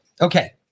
Okay